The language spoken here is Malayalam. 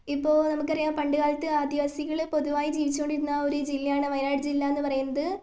ഇപ്പോൾ നമുക്കറിയാം പണ്ടുകാലത്ത് ആദിവാസികള് പൊതുവായി ജീവിച്ചോണ്ടിരുന്ന ജില്ലയാണ് വയനാട് ജില്ല എന്നുപറയുന്നത്